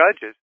judges